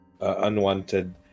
Unwanted